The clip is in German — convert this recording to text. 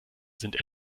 sind